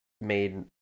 made